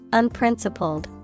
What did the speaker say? unprincipled